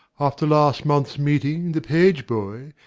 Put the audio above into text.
after last month's meeting the pageboy,